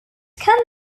can